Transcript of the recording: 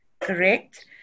Correct